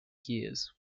years